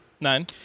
Nine